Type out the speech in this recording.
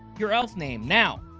your elf name now!